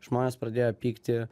žmonės pradėjo pykti